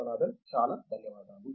విశ్వనాథన్ చాలా ధన్యవాదాలు